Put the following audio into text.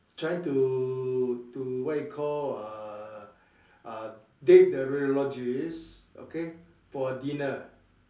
trying to to what you call uh uh date the radiologist okay for a dinner